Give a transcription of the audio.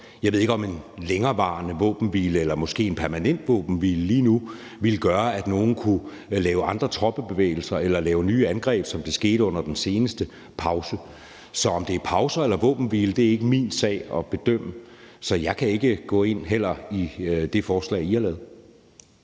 Jeg ved ikke, om en længerevarende våbenhvile eller måske en permanent våbenhvile lige nu ville gøre, at nogle kunne lave andre troppebevægelser eller lave nye angreb, som det skete under den seneste pause. Så om det er pauser eller en våbenhvile, der skal til, er ikke min sag at bedømme, så jeg kan ikke gå ind i det forslag, I har lavet.